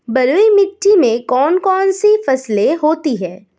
बलुई मिट्टी में कौन कौन सी फसलें होती हैं?